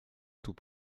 tout